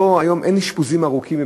היום אין אשפוזים ארוכים,